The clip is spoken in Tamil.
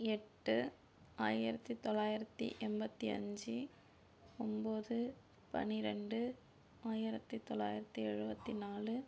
எட்டு ஆயிரத்தி தொள்ளாயிரத்தி எண்பத்தி அஞ்சு ஒம்பது பன்னிரெண்டு ஆயிரத்தி தொள்ளாயிரத்தி எழுபத்தி நாலு